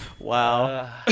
Wow